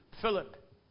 Philip